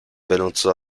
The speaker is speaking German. benutzer